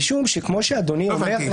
משום שכמו שאדוני אומר --- לא הבנתי.